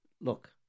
Look